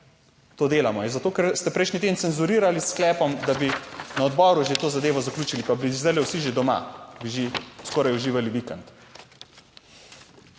to delamo. Ja zato, ker ste prejšnji teden cenzurirali sklepom, da bi na odboru že to zadevo zaključili, pa bi bili zdaj vsi že doma, bi že skoraj uživali vikend.